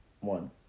one